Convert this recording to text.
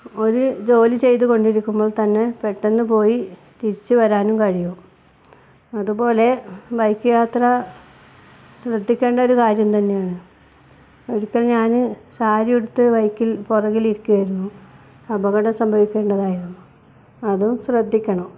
ഒരു ജോലി ചെയ്ത് കൊണ്ടിരിക്കുമ്പോൾ തന്നെ പെട്ടെന്ന് പോയി തിരിച്ച് വരാനും കഴിയും അതുപോലെ ബൈക്ക് യാത്ര ശ്രദ്ധിക്കേണ്ട ഒരു കാര്യം തന്നെയാണ് ഒരിക്കൽ ഞാൻ സാരിയുടുത്ത് ബൈക്കിൽ പുറകിൽ ഇരിക്കുവായിരുന്നു അപകടം സംഭവിക്കേണ്ടതായിരുന്നു അതും ശ്രദ്ധിക്കണം